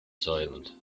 silent